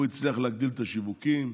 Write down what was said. הוא הצליח להגדיל את השיווקים,